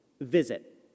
visit